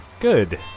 Good